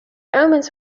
omens